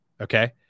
Okay